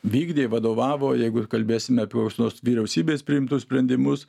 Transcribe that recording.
vykdė vadovavo jeigu kalbėsime apie kokius nors vyriausybės priimtus sprendimus